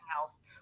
else